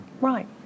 Right